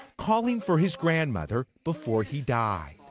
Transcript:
calling for his grandmother before he died.